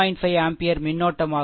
5 ampere மின்னோட்டமாகும்